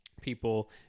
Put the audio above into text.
people